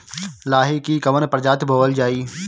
लाही की कवन प्रजाति बोअल जाई?